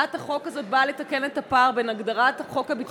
הצעת החוק הזאת באה לתקן את הפער בין הגדרת חוק הביטוח הלאומי,